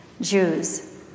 Jews